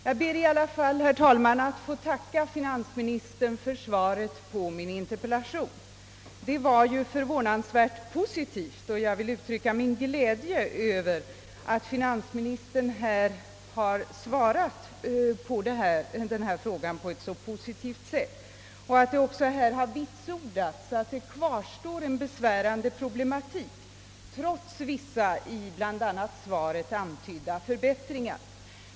Jag ber i alla fall, herr talman, att få tacka finansministern för svaret på min interpellation. Det var ju förvånansvärt positivt, och jag vill uttrycka min glädje härför och för att finansministern vitsordat att det kvarstår besvärande problem trots vissa förbättringar, av vilka en del antytts i svaret.